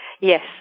Yes